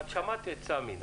שמעת את סמי,